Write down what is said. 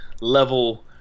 level